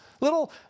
little